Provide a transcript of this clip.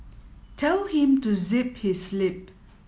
tell him to zip his lip